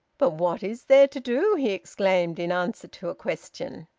but what is there to do? he exclaimed, in answer to a question.